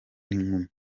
n’inkumi